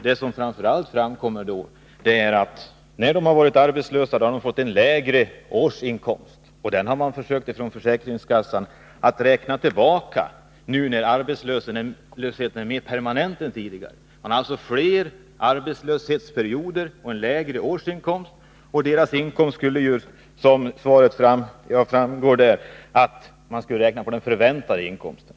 Det som framför allt har framkommit är att försäkringskassan nu, när arbetslösheten är mer permanent än tidigare, har försökt räkna tillbaka den lägre årsinkomst som de har fått till följd av att de har varit arbetslösa. Byggnadsarbetarna har alltså haft flera arbetslöshetsperioder och därför fått lägre årsinkomst. Som framgår av svaret skall sjukpenningen beräknas med hänsyn till den förväntade inkomsten.